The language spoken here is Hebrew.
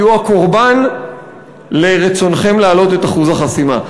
תהיו הקורבן של רצונכם להעלות את אחוז החסימה.